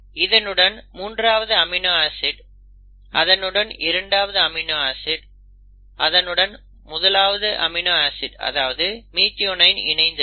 இதனுடன் மூன்றாவது amino acid அதனுடன் இரண்டாவது அமினோ ஆசிட் அதனுடன் முதலாவது அமினோ ஆசிட் அதாவது மிதியோனைன் இணைந்து இருக்கும்